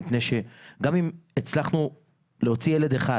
מפני שגם אם הצלחנו להוציא ילד אחד